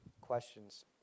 questions